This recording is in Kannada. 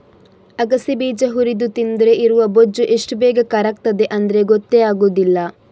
ಅಗಸೆ ಬೀಜ ಹುರಿದು ತಿಂದ್ರೆ ಇರುವ ಬೊಜ್ಜು ಎಷ್ಟು ಬೇಗ ಕರಗ್ತದೆ ಅಂದ್ರೆ ಗೊತ್ತೇ ಆಗುದಿಲ್ಲ